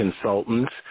consultants